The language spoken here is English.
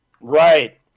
Right